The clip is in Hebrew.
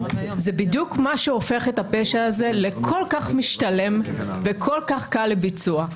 זה בדיוק מה שהופך את הפשע הזה לכל כך משתלם וכל כך קל לביצוע.